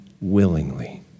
willingly